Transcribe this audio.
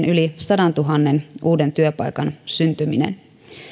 yli sadantuhannen uuden työpaikan syntyminen